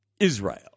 Israel